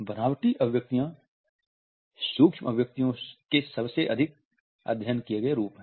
बनावटी अभिव्यक्तियाँ सूक्ष्म अभिव्यक्तियों के सबसे अधिक अध्ययन किए गए रूप हैं